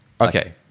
okay